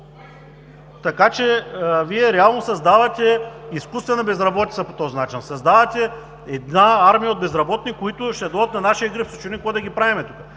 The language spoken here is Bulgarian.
ИВАНОВ: Вие реално създавате изкуствена безработица по този начин, създавате една армия от безработни, които ще дойдат на нашия гръб и ще се чудим какво да ги правим тук.